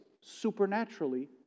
supernaturally